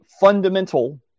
fundamental